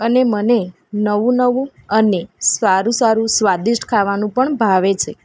અને મને નવું નવું અને સારું સારું સ્વાદિષ્ટ ખાવાનું પણ ભાવે છે